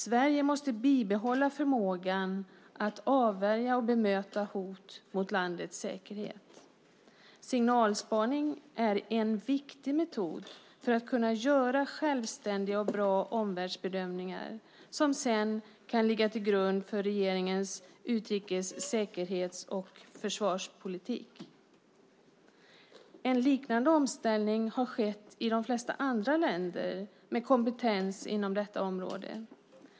Sverige måste bibehålla förmågan att avvärja och bemöta hot mot landets säkerhet. Signalspaning är en viktig metod för att kunna göra självständiga och goda omvärldsbedömningar som sedan kan ligga till grund för regeringens utrikes-, säkerhets och försvarspolitik. En liknande omställning har skett i de flesta andra länder med kompetens på detta område.